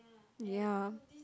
ya